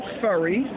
furry